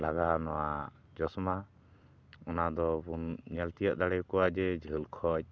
ᱞᱟᱜᱟᱣᱟ ᱱᱚᱣᱟ ᱪᱚᱥᱢᱟ ᱚᱱᱟ ᱫᱚᱵᱚᱱ ᱧᱮᱞ ᱛᱤᱭᱟᱹᱜ ᱫᱟᱲᱮᱭᱟ ᱠᱚᱣᱟ ᱡᱮ ᱡᱷᱟᱹᱞ ᱠᱷᱚᱱ